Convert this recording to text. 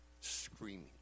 screaming